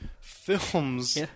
films